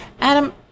Adam